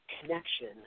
connection